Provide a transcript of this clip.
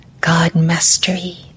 God-mastery